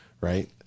right